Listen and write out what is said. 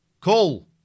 Call